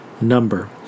number